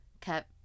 Kept